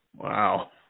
Wow